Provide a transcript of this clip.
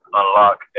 unlock